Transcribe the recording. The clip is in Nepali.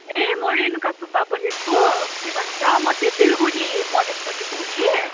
ए मो रेनुका सुब्बा बोलेको के भन्छ म चाहिँ सिलगढी मधेशपट्टिको हो कि